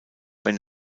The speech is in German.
wenn